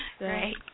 Right